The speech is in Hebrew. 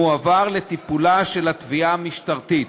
מועבר לטיפולה של התביעה המשטרתית,